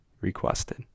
requested